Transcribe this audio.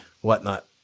whatnot